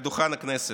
על דוכן הכנסת.